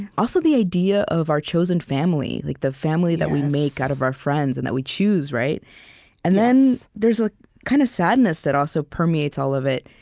also, the idea of our chosen family, like the family that we make out of our friends and that we choose. and then there's a kind of sadness that also permeates all of it,